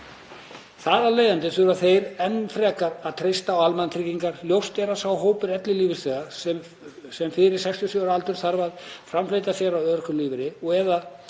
Þar af leiðandi þurfa þeir enn frekar að treysta á almannatryggingar. Ljóst er að sá hópur ellilífeyrisþega sem fyrir 67 ára aldur þurfti að framfleyta sér á örorkulífeyri og/eða